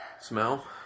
Smell